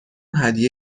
هدیه